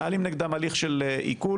מנהלים נגדם הליך של עיקול,